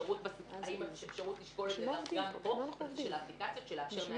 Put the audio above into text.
האם יש אפשרות לשקול את זה גם כאן ולאפשר מאגדים,